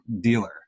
dealer